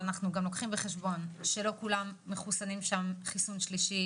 אבל אנחנו גם לוקחים בחשבון שלא כולם מחוסנים שם חיסון שלישי